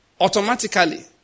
automatically